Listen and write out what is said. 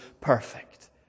perfect